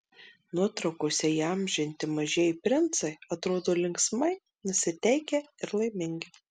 nuotraukose įamžinti mažieji princai atrodo linksmai nusiteikę ir laimingi